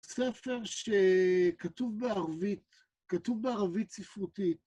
ספר שכתוב בערבית, כתוב בערבית ספרותית.